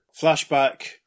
Flashback